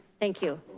thank you.